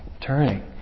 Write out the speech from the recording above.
turning